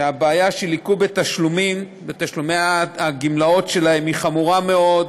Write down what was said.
שהבעיה של עיכוב בתשלומי הגמלאות שלהם חמורה מאוד,